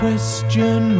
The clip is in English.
Question